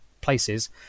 places